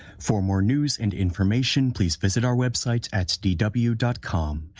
for more news and information please visit our web site at speed up you dive, um